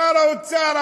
שר האוצר,